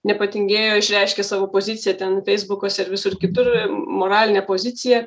nepatingėjo išreiškė savo poziciją ten feisbukuose ir visur kitur moralinę poziciją